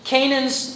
Canaan's